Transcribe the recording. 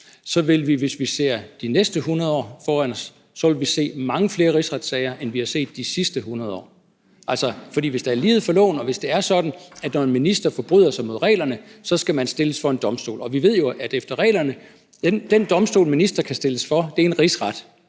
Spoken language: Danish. så vil vi, hvis vi ser på de næste 100 år foran os, se mange flere rigsretssager, end vi har set de sidste 100 år. Altså, Enhedslisten siger: Der er lighed for loven, og hvis det er sådan, at en minister forbryder sig mod reglerne, så skal man stilles for en domstol, og vi ved jo, at efter reglerne er den domstol, ministre kan stilles for, en rigsret.